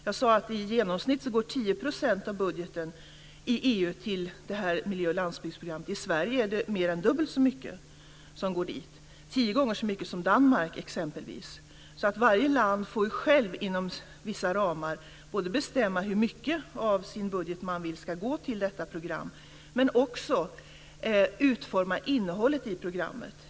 Jag sade att i genomsnitt 10 % av budgeten i EU går till det här miljö och landsbygdsprogrammet. I Sverige är det mer än dubbelt så mycket som går dit. Det är exempelvis tio gånger så mycket som i Danmark. Varje land får självt inom vissa ramar både bestämma hur mycket av sin budget man vill ska gå till detta program och utforma innehållet i programmet.